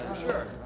Sure